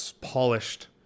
polished